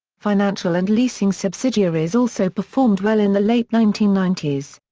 financial and leasing subsidiaries also performed well in the late nineteen ninety s.